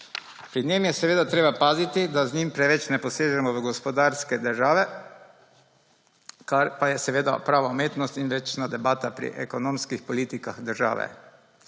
Pri njem je seveda treba paziti, da z njim preveč ne posežemo v gospodarstvo države, kar pa je prava umetnost in večna debata pri ekonomskih politikah države.